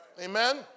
Amen